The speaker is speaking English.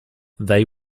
they